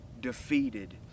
defeated